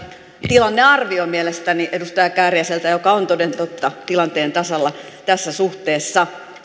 tilannearvio mielestäni edustaja kääriäiseltä joka on toden totta tilanteen tasalla tässä suhteessa